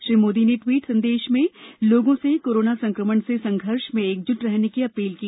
श्री मोदी ने ट्वीट संदेश में लोगों से कोरोना संक्रमण से संघर्ष में एकजुट रहने की अपील की